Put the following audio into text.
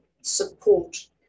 support